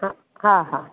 हा हा